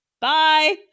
Bye